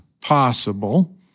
possible